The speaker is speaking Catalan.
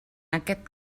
aquest